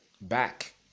back